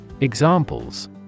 Examples